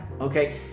Okay